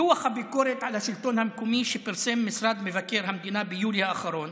בדוח הביקורת על השלטון המקומי שפרסם משרד מבקר המדינה ביולי האחרון,